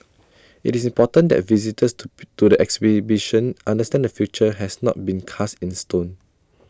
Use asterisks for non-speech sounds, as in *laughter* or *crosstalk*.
IT is important that visitors to *noise* to the exhibition understand the future has not been cast in stone